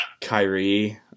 Kyrie